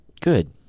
Good